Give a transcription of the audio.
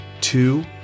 two